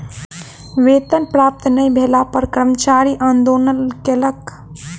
वेतन प्राप्त नै भेला पर कर्मचारी आंदोलन कयलक